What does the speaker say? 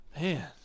Man